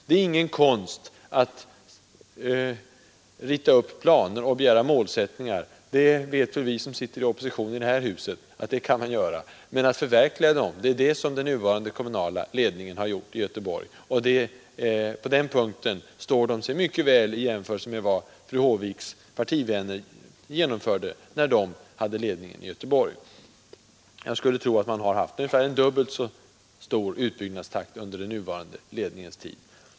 Det är ingen konst att rita upp planer och begära målsättningar — det vet vi som sitter i oppositionen här i huset. Konsten är att förverkliga dem, och det är det som den nuvarande kommunala ledningen i Göteborg har gjort. På den punkten står den sig mycket bra vid en jämförelse med vad fru Håviks partivänner genomförde när de hade ledningen i Göteborg. Jag skulle tro att utbyggnadstakten varit ungefär dubbelt så stor under den nuvarande ledningens tid.